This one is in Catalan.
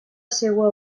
seua